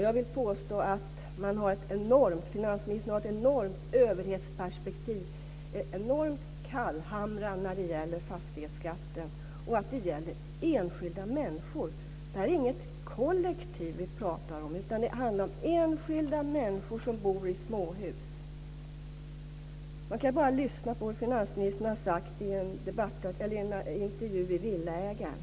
Jag vill påstå att finansministern har ett enormt överhetsperspektiv. Han är enormt kallhamrad när det gäller fastighetsskatten. Det gäller enskilda människor. Det är inget kollektiv vi pratar om, utan det handlar om enskilda människor som bor i småhus. Man kan bara lyssna på vad finansministern har sagt i en intervju i Villaägaren: